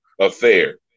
affair